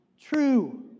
true